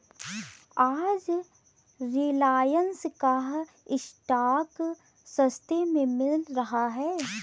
आज रिलायंस का स्टॉक सस्ते में मिल रहा है